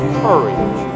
courage